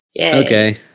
okay